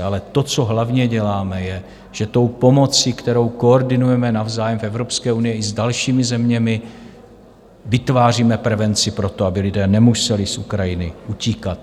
Ale to, co hlavně děláme, je, že tou pomocí, kterou koordinujeme navzájem v Evropské unii i s dalšími zeměmi, vytváříme prevenci pro to, aby lidé nemuseli z Ukrajiny utíkat.